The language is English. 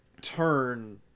turn